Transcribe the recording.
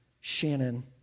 Shannon